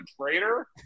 traitor